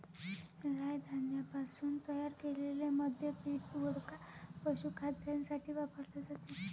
राय धान्यापासून तयार केलेले मद्य पीठ, वोडका, पशुखाद्यासाठी वापरले जाते